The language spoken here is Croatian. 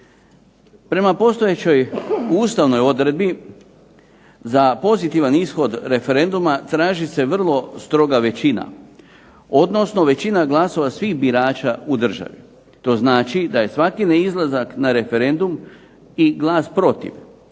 Prema postojećoj ustavnoj odredbi za pozitivan ishod referenduma traži se vrlo stroga većina, odnosno većina glasova svih birača u državi. To znači da je svaki neizlazak na referendum i glas protiv